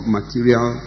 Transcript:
material